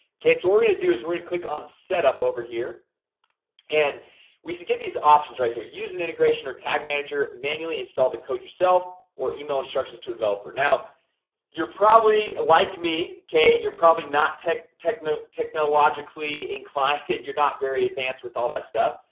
okay, so we're gonna do is we're gonna click on setup over here and we should get these options right here use an integration or tag manager manually install the code yourself or email instructions to a developer now you're probably like me okay, and you're probably not tech tech know technologically inclined and you're not very advanced with all that stuff,